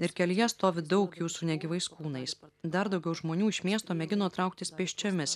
ir kelyje stovi daug jų su negyvais kūnais dar daugiau žmonių iš miesto mėgino trauktis pėsčiomis